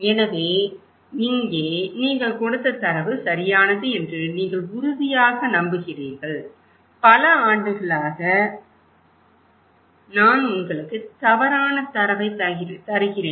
எனவே இங்கே நீங்கள் கொடுத்த தரவு சரியானது என்று நீங்கள் உறுதியாக நம்புகிறீர்கள் பல ஆண்டுகளாக நான் உங்களுக்கு தவறான தரவை தருகிறேன்